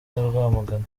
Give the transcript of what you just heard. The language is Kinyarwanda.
rwamagana